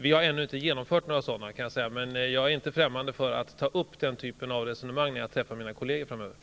Vi har ännu inte genomfört några sådana, men jag är inte främmande för att ta upp den typen av resonemang när jag framöver träffar mina kolleger i andra länder.